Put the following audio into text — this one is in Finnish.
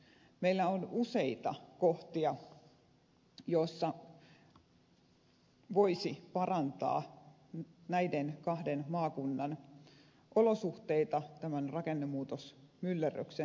meillä on useita kohtia joissa voisi parantaa näiden kahden maakunnan olosuhteita tämän rakennemuutosmyllerryksen seassa